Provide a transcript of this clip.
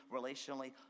relationally